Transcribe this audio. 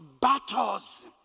battles